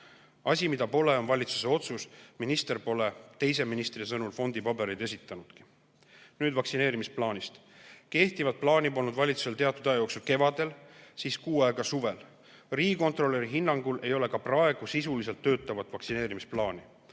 Asi, mida pole, on valitsuse otsus. Minister pole teise ministri sõnul fondipabereid esitanudki. Nüüd vaktsineerimisplaanist. Kehtivat plaani polnud valitsusel teatud aja jooksul kevadel, siis kuu aega suvel. Riigikontrolöri hinnangul ei ole ka praegu sisuliselt töötavat vaktsineerimisplaani.